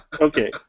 Okay